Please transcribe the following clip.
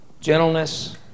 gentleness